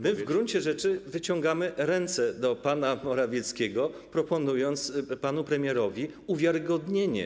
My w gruncie rzeczy wyciągamy ręce do pana Morawieckiego, proponując panu premierowi uwiarygodnienie.